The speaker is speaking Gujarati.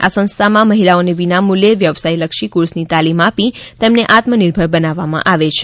આ સંસ્થામાં મહિલાઓનો વિનામૂલ્યે વ્યવસાયલક્ષી કોર્સની તાલીમ આપી તેમને આત્મનિર્ભર બનાવવામાં આવે છે